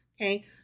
Okay